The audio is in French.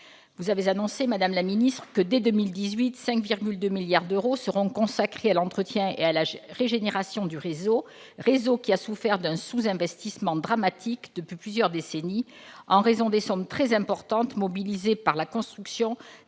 Vous avez annoncé que 5,2 milliards d'euros seront consacrés dès 2018 à l'entretien et à la régénération du réseau, lequel a souffert d'un sous-investissement dramatique depuis plusieurs décennies en raison des sommes très importantes mobilisées par la construction